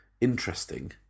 interesting